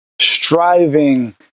striving